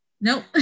Nope